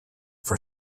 for